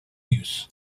use